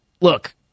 Look